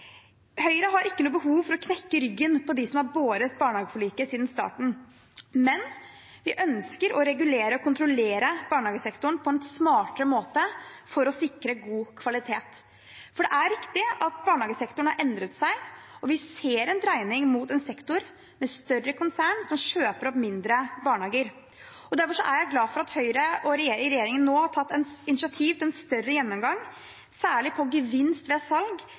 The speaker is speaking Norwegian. Høyre har ikke noe behov for å knekke ryggen på dem som har båret barnehageforliket siden starten, men vi ønsker å regulere og kontrollere barnehagesektoren på en smartere måte for å sikre god kvalitet. For det er riktig at barnehagesektoren har endret seg, og vi ser en dreining mot en sektor med større konsern som kjøper opp mindre barnehager. Derfor er jeg glad for at Høyre i regjeringen nå har tatt initiativ til en større gjennomgang, særlig på gevinst ved salg,